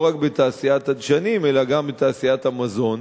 רק בתעשיית הדשנים אלא גם בתעשיית המזון,